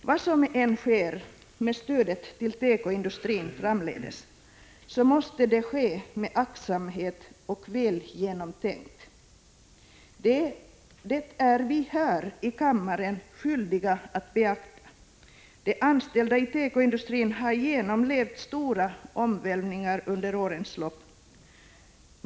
Vad som än sker med stödet till tekoindustrin, måste det ske med aktsamhet och vara välgenomtänkt. Det är vi här i kammaren skyldiga att beakta. De anställda i tekoindustrin har genomlevt stora omvälvningar under årens lopp.